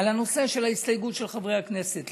בנושא של ההסתייגות של חברי הכנסת.